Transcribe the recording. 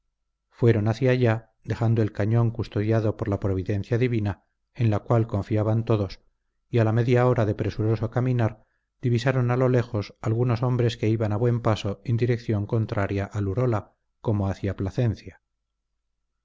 fueron hacia allá dejando el cañón custodiado por la providencia divina en la cual confiaban todos y a la media hora de presuroso caminar divisaron a lo lejos algunos hombres que iban a buen paso en dirección contraria al urola como hacia placencia